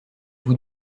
vous